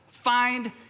find